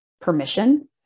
permission